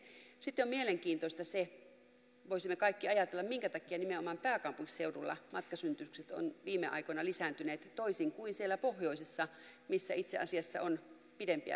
sitten on mielenkiintoista se ja voisimme kaikki ajatella minkä takia nimenomaan pääkaupunkiseudulla matkasynnytykset ovat viime aikoina lisääntyneet toisin kuin siellä pohjoisessa missä itse asiassa on pidempiä välimatkoja